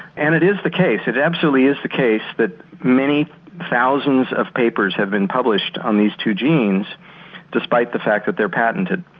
and it is the case it absolutely is the case that many thousands of papers have been published on these two genes despite the fact that they are patented.